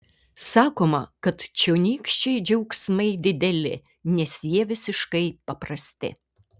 sakoma kad čionykščiai džiaugsmai dideli nes jie visiškai paprasti